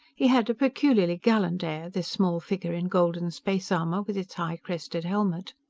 he had a peculiarly gallant air, this small figure in golden space armor with its high-crested helmet.